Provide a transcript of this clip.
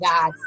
God